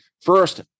first